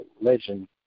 legend